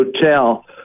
Hotel